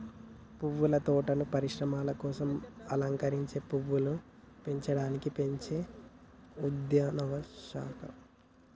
పువ్వుల తోటలను పరిశ్రమల కోసం అలంకరించే పువ్వులను పెంచడానికి పెంచే ఉద్యానవన శాఖ